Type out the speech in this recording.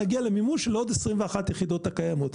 ונגיע למימוש של עוד 21% היחידות הקיימות.